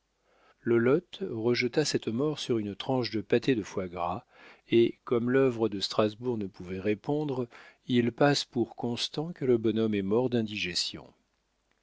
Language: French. berrichon lolotte rejeta cette mort sur une tranche de pâté de foie gras et comme l'œuvre de strasbourg ne pouvait répondre il passe pour constant que le bonhomme est mort d'indigestion